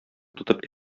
тотып